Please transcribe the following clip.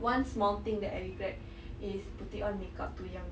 one small thing that I regret is putting on makeup too young